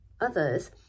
others